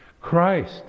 Christ